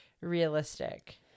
realistic